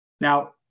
Now